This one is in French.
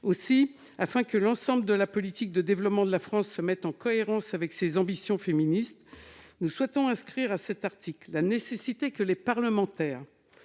Afin que l'ensemble de la politique de développement de la France se mette en cohérence avec ses ambitions féministes, nous souhaitons inscrire dans cet article la nécessité que les parlementaires